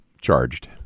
charged